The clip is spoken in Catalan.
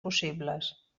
possibles